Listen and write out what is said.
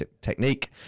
technique